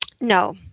No